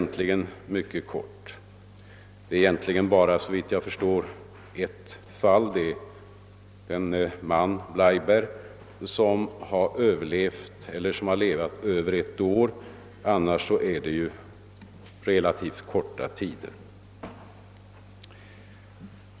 Såvitt jag vet är det egentligen bara i ett fall som patienten i fråga — jag syftar på Blaiberg — har levat över ett år efter ingreppet. I övriga fall har det varit fråga om relativt korta överlevandetider.